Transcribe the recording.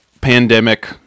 pandemic